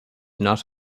not